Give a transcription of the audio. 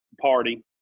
party